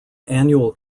annual